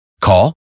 Call